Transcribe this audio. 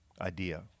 idea